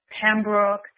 Pembroke